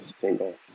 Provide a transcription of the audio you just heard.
single